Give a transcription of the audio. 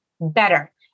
better